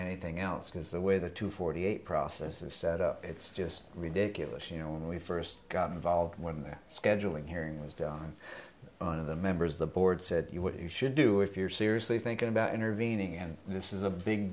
anything else because the way the two forty eight process is set up it's just ridiculous you know when we first got involved when that scheduling hearing was done on of the members the board said you what you should do if you're seriously thinking about intervening and this is a big